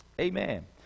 Amen